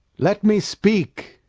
let me speak